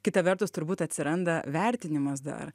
kita vertus turbūt atsiranda vertinimas dar